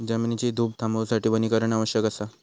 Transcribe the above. जमिनीची धूप थांबवूसाठी वनीकरण आवश्यक असा